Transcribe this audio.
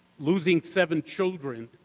losing seven children,